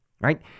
right